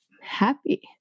happy